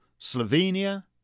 Slovenia